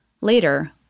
Later